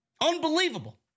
Unbelievable